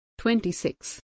26